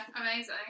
amazing